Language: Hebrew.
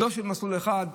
לא של מסלול אחד,